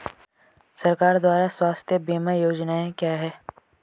सरकार द्वारा स्वास्थ्य बीमा योजनाएं क्या हैं?